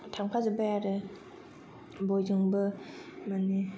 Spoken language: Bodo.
थांफाजोब्बाय आरो बयजोंबो माने